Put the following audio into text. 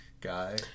guy